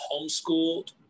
homeschooled